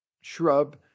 shrub